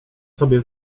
sobie